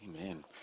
amen